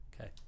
Okay